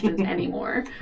anymore